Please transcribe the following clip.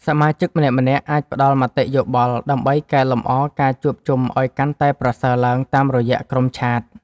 សមាជិកម្នាក់ៗអាចផ្ដល់មតិយោបល់ ដើម្បីកែលម្អការជួបជុំឱ្យកាន់តែប្រសើរឡើងតាមរយៈក្រុមឆាត។